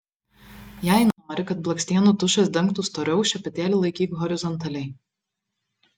jei nori kad blakstienų tušas dengtų storiau šepetėlį laikyk horizontaliai